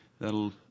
that'll